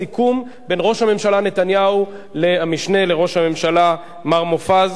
הסיכום בין ראש הממשלה נתניהו למשנה לראש הממשלה מר מופז,